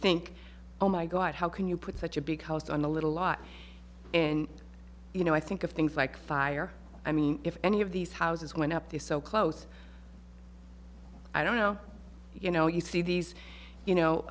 think oh my god how can you put such a big house on a little lot and you know i think of things like fire i mean if any of these houses going up the so close i don't know you know you see these you know